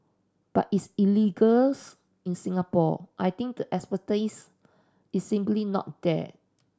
but it's in Singapore I think the expertise is simply not there